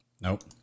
Nope